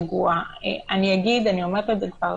שיגיד את זה,